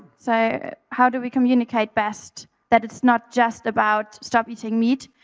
so how do we communicate best that it's not just about stop eating meat,